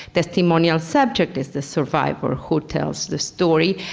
testimonial subject is the survivor who tells the story.